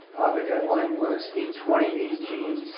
the deadline was eight twenty eighteen.